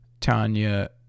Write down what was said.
Tanya